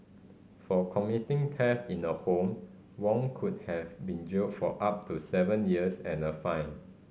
for committing theft in a home Wong could have been jailed for up to seven years and fined